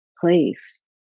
place